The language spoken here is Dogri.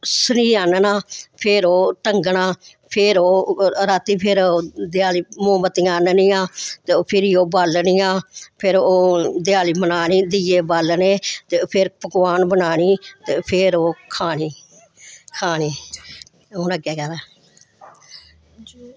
सरींह् आह्नना फिर ओह् टंगना फिर ओह् रातीं फिर देआली मोमबत्तियां आह्ननियां ते फिरी ओह् बालनियां फिर ओह् देआली मनानी दीये बाल्लने ते फिर पकवान बनानी ते फिर ओह् खानी खानी हून अग्गै केह्दा